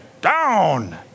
down